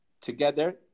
together